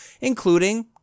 including